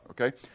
okay